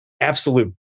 absolute